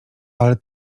ale